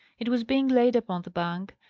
it was being laid upon the bank.